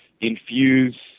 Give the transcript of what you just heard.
infuse